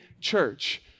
church